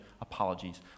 apologies